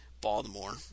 Baltimore